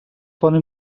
poden